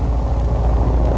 oh